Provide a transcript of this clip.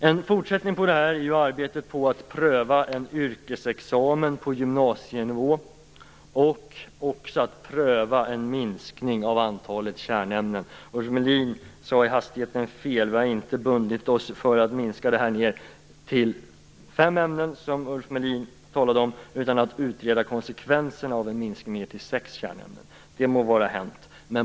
En fortsättning på det här är arbetet med att pröva en yrkesexamen på gymnasienivå och också att pröva en minskning av antalet kärnämnen. Ulf Melin sade i hastigheten fel. Vi har inte bundit oss för en minskning till fem ämnen, som Ulf Melin talade om, utan vi har talat om att utreda konsekvenserna av en minskning till sex kärnämnen. Det må vara hänt.